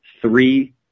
three